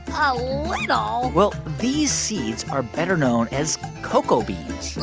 a little? well, these seeds are better known as cocoa beans